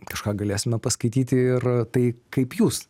kažką galėsime paskaityti ir tai kaip jūs